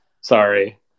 Sorry